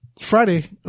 Friday